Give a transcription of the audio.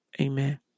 Amen